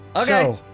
okay